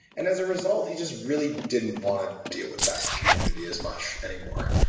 and as a result, he just really didn't want to deal with that community as much anymore,